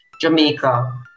Jamaica